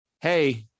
hey